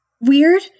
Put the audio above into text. weird